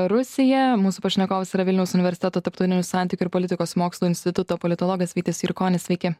rusija mūsų pašnekovas yra vilniaus universiteto tarptautinių santykių ir politikos mokslų instituto politologas vytis jurkonis sveiki